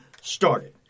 started